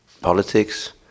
politics